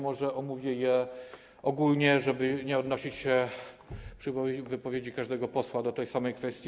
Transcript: Może omówię je ogólnie, żeby nie odnosić się przy wypowiedzi każdego posła do tej samej kwestii.